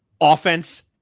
offense